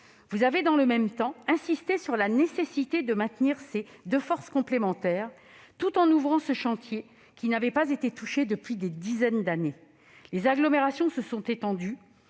Vous avez, dans le même temps, insisté sur la nécessité de maintenir ces deux forces complémentaires, tout en ouvrant ce chantier, qui n'avait pas été touché depuis des dizaines d'années. Or les agglomérations se sont étendues